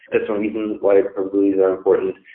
that's one reason why the probabilities are important,